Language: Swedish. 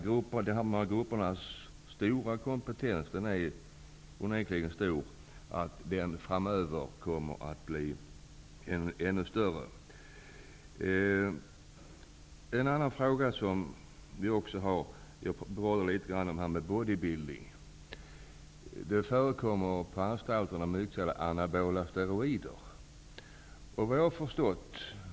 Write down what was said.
Förändringen måste därför självfallet medföra att den framöver blir ännu större. Jag vill också nämna litet grand om bodybuilding. Det förekommer mycket anabola steroider på anstalter.